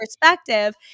perspective